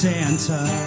Santa